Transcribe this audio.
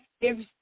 gives